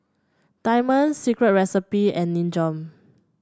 Diamond Secret Recipe and Nin Jiom